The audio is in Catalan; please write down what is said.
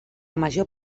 major